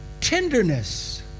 tenderness